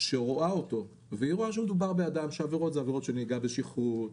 שרואה אותו ורואה שמדובר באדם עם עבירות של נהיגה בשכרות,